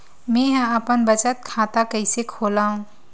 मेंहा अपन बचत खाता कइसे खोलव?